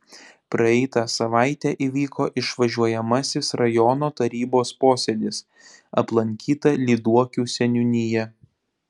praeitą savaitę įvyko išvažiuojamasis rajono tarybos posėdis aplankyta lyduokių seniūnija